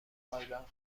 پایبند